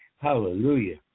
Hallelujah